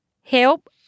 help